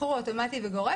השחרור הוא אוטומטי וגורף,